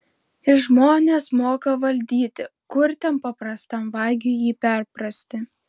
jis žmones moka valdyti kur ten paprastam vagiui jį perprasti